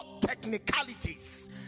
technicalities